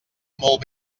molt